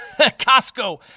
Costco